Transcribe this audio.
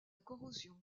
corrosion